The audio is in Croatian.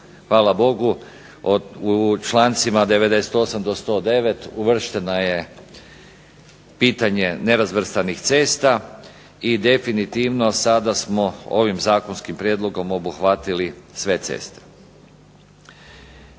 hvala Bogu u člancima od 98. do 109. uvrštena je pitanje nerazvrstanih cesta i definitivno sada smo ovim zakonskim prijedlogom obuhvatili sve ceste.